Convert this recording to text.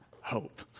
hope